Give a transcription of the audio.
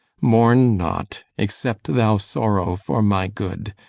mourne not, except thou sorrow for my good,